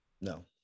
No